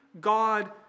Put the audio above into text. God